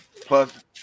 Plus